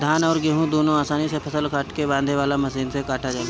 धान अउर गेंहू दुनों आसानी से फसल काट के बांधे वाला मशीन से कटा जाला